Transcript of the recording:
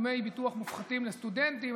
דמי ביטוח מופחתים לסטודנטים),